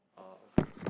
oh okay